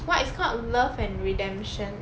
what it's called love and redemption